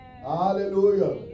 Hallelujah